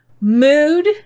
mood